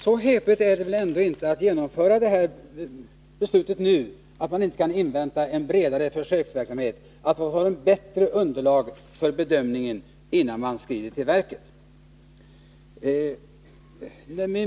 Så heligt är det väl ändå inte att genomföra beslutet nu, att man inte kan invänta en bredare försöksverksamhet och få ett bättre underlag för bedömningen, innan man skrider till verket.